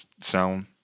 sound